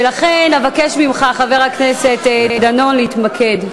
ולכן אבקש ממך, חבר הכנסת דנון, להתמקד.